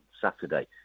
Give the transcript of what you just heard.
Saturday